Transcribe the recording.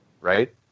right